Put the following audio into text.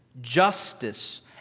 Justice